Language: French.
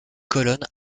colonnes